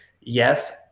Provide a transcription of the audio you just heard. yes